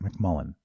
McMullen